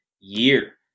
Year